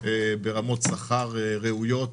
ברמות שכר ראויות.